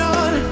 on